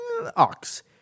Ox